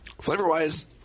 Flavor-wise